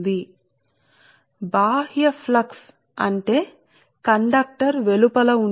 నా ఉద్దేశ్యం నేను దీన్ని ఇలా చేస్తున్నాను మీరు ఈ ఫ్లక్స్ లైన్ లాగా అన్ని ఇంటర్న్ ఫ్లక్స్ లైన్ ను ఇలా తయారు చేస్తారని అనుకుందాం